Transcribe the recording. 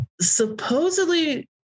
Supposedly